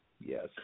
Yes